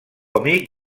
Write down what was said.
amic